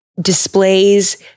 displays